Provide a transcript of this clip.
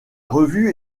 revue